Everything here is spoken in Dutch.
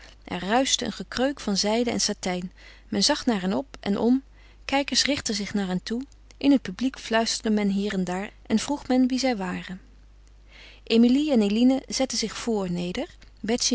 een gekreuk van zijde en satijn men zag naar hen op en om kijkers richtten zich naar hen toe in het publiek fluisterde men hier en daar en vroeg men wie zij waren emilie en eline zetten zich vor neder